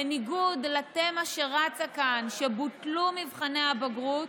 בניגוד לתמה שרצה כאן, שבוטלו מבחני הבגרות,